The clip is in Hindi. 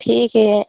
ठीक है